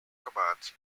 commands